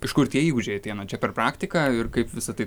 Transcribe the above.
iš kur tie įgūdžiai ateina čia per praktiką ir kaip visa tai